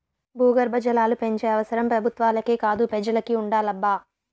భూగర్భ జలాలు పెంచే అవసరం పెబుత్వాలకే కాదు పెజలకి ఉండాలబ్బా